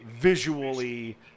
visually